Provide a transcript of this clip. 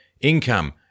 income